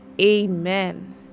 amen